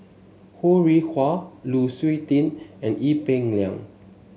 Ho Rih Hwa Lu Suitin and Ee Peng Liang